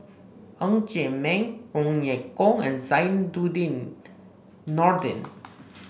Ng Chee Meng Ong Ye Kung and Zainudin Nordin